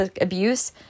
abuse